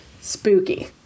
Spooky